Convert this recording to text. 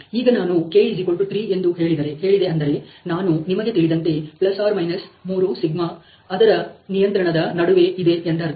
ಈಗ ನಾನು k3 ಎಂದು ಹೇಳಿದೆ ಅಂದರೆ ನಾನು ನಿಮಗೆ ತಿಳಿದಂತೆ ±3σ ಅದರ ನಿಯಂತ್ರಣದ ನಡುವೆ ಇದೆ ಎಂದರ್ಥ